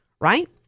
right